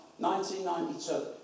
1992